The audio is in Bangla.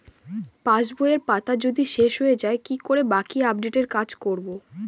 পাসবইয়ের পাতা যদি শেষ হয়ে য়ায় কি করে বাকী আপডেটের কাজ করব?